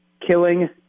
killing